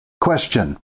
Question